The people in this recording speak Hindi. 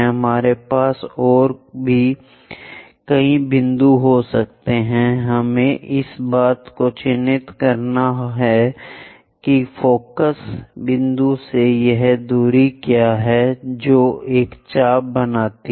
हमारे पास और भी कई बिंदु हो सकते हैं हमें इस बात को चिन्हित करना है कि फोकस बिंदु से यह दूरी क्या है जो एक चाप बनाती है